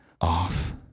off